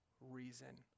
reason